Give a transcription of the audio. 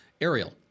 Ariel